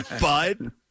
Bud